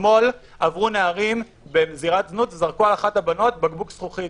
אתמול עברו נערים בזירת זנות וזרקו על אחת הבנות בקבוק זכוכית.